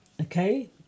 Okay